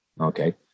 Okay